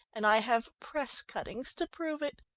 and i have press cuttings to prove it!